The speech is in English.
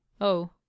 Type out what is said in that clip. Oh